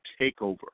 takeover